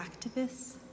activists